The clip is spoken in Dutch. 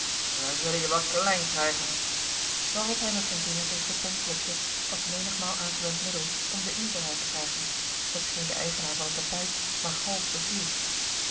wij zullen je wel klein krijgen waarop hij met zijn george een ongeluksvogel vinger tegen de pen klopte als menigmaal aangewend middel om den inkt er uit te krijgen hetgeen den eigenaar van het tapijt maar half beviel